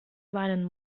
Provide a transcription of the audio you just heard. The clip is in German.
weinen